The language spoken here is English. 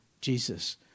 Jesus